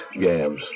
gams